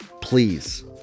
Please